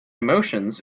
emotions